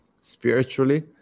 spiritually